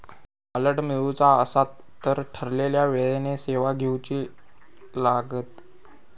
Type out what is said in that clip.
alert मिळवुचा असात तर ठरवलेल्या वेळेन सेवा घेउची लागात